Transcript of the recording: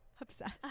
obsessed